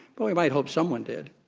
but we might hope someone did.